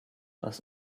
das